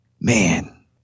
Man